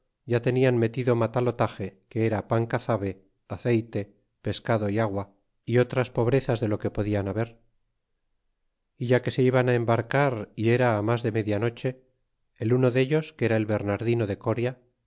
ya tenian metido mataotage que era pan cazabe aceyte pescado y agua y otras pobrezas de lo que podian haber é ya que se iban embarcar y era mas de media noche el unci ellos que era el bernardino de corla